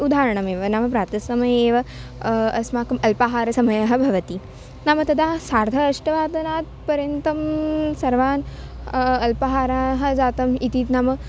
उदाहरणमेव नाम प्रातस्समये एव अस्माकम् अल्पाहारसमयः भवति नाम तदा सार्ध अष्टवादनात् पर्यन्तं सर्वान् अल्पाहारः जातः इति नाम